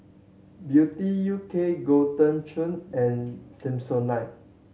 Beauty U K Golden Churn and Samsonite